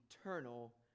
eternal